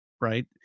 right